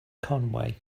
conway